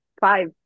five